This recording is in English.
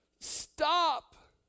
stop